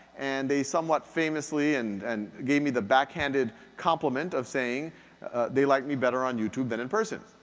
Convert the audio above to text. and they somewhat famously and and gave me the backhanded compliment of saying they like me better on youtube than in person.